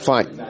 Fine